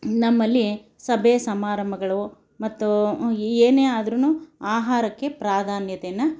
ನಮ್ಮಲ್ಲಿ ಸಭೆ ಸಮಾರಂಭಗಳು ಮತ್ತು ಏನೇ ಆದ್ರೂ ಆಹಾರಕ್ಕೆ ಪ್ರಾಧಾನ್ಯತೆಯನ್ನು